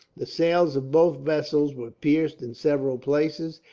the sails of both vessels were pierced in several places,